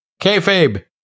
Kayfabe